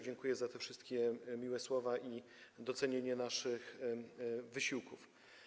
Dziękuję za te wszystkie miłe słowa i docenienie naszych wysiłków.